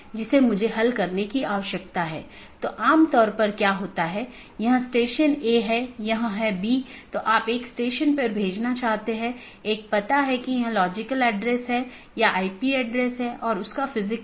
इसका मतलब है कि सभी BGP सक्षम डिवाइस जिन्हें BGP राउटर या BGP डिवाइस भी कहा जाता है एक मानक का पालन करते हैं जो पैकेट को रूट करने की अनुमति देता है